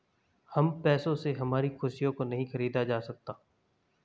हम पैसे से हमारी खुशी को नहीं खरीदा सकते है